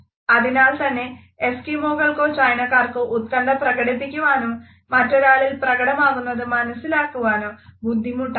അതിനാൽത്തന്നെ എസ്കിമോകൾക്കോ ചൈനക്കാർക്കോ ഉത്കണ്ഠ പ്രകടിപ്പിക്കുവാനോ മറ്റൊരാളിൽ പ്രകടമാകുന്നത് മനസിലാക്കുവാനോ ബുദ്ധിമുട്ടായിരിക്കും